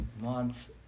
months